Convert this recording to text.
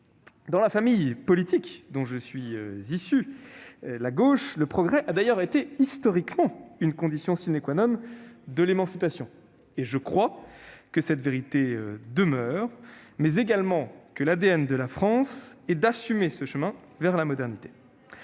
Dans la famille politique dont je suis issu, la gauche, le progrès a d'ailleurs été historiquement une condition de l'émancipation. Je crois que cette vérité demeure, mais également que l'ADN de la France est d'assumer ce chemin vers la modernité.